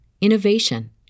innovation